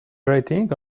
rating